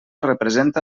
representa